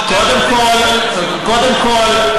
קודם כול,